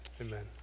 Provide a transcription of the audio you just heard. Amen